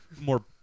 more